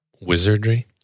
wizardry